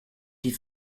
die